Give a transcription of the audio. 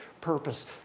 purpose